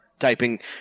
typing